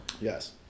Yes